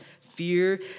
fear